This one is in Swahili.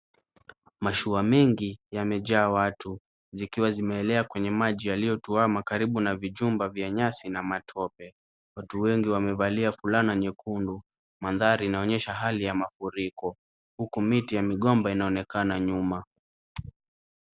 Mashua mingi yamejaa watu zikiwa zimeelea kwenye maji yaliyotuwama karibu na vijumba vya nyasi na matope. Watu wengi wamevalia fulana nyekundu. Mandhari inaonyesha hali ya mafuriko huku miti ya migomba inaonekana nyuma.